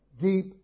deep